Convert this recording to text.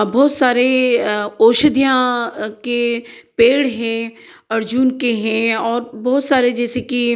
बहुत सारे औषधियाँ के पेड़ है अर्जुन के हैं और बहुत सारे जैसे कि